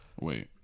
Wait